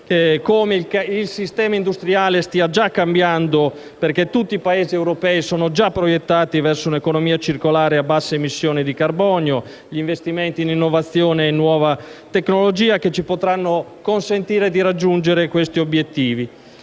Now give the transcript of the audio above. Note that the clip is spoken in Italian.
come il sistema industriale stia già cambiando, perché tutti i Paesi europei sono già proiettati verso un'economia circolare a bassa emissione di carbonio, con investimenti in innovazione e nuova tecnologia che ci potranno consentire di raggiungere gli obiettivi